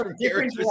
Different